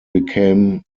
became